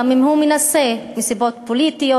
גם אם הוא מנסה מסיבות פוליטיות,